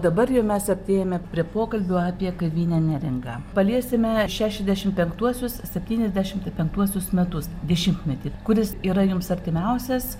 dabar jau mes artėjame prie pokalbių apie kavinę neringa paliesime šešiasdešimt penktuosius septyniasdešimt penktuosius metus dešimtmetį kuris yra jums artimiausias